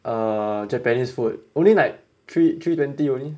err japanese food only like three twenty only